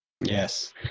Yes